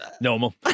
normal